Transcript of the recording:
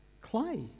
clay